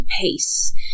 pace